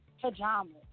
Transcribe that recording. Pajamas